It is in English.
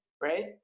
right